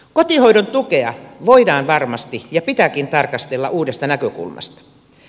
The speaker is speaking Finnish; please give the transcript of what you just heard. kotihoidon tukea voidaan varmasti ja pitääkin tarkastella uudesta näkökulmasta